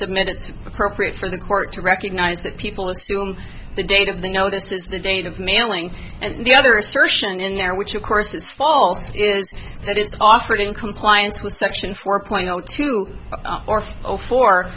submit it's appropriate for the court to recognize that people assume the date of the no this is the date of mailing and the other assertion in there which of course is false it is offered in compliance with section four point zero two or three or four